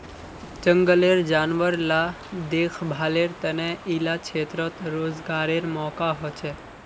जनगलेर जानवर ला देख्भालेर तने इला क्षेत्रोत रोज्गारेर मौक़ा होछे